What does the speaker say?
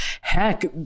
heck